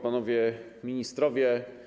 Panowie Ministrowie!